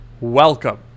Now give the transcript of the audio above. welcome